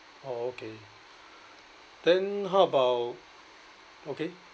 oh okay then how about okay